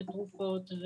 תרופות,